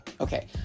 okay